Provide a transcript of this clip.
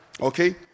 okay